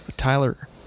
Tyler